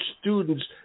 students